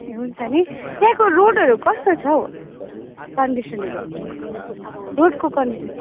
ए हुन्छ नि त्यहाँको रोडहरू कस्तो छ हौ कन्डिसनहरू रोडको कन्डिसन